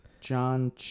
John